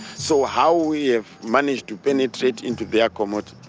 so how we have managed to penetrate into their community.